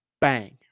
Bang